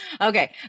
Okay